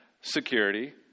security